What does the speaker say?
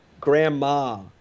grandma